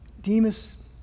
Demas